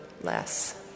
less